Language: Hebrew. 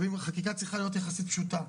חקיקה צריכה להיות יחסית פשוטה.